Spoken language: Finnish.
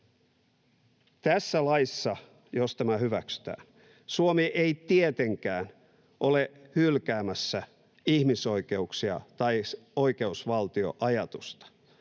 Tässä laissa, jos tämä hyväksytään, Suomi ei tietenkään ole hylkäämässä ihmisoikeuksia tai oikeusvaltioajatusta.